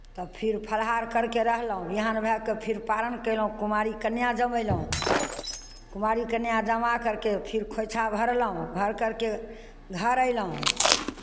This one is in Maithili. तऽ फेर फलाहार करि कऽ रहलहुँ विहान भए कऽ फेर पारण कयलहुँ कुमारि कन्या जमयलहुँ कुमारि कन्या जमा करि कऽ फेर खोइँछा भरलहुँ भरि करि कऽ घर अयलहुँ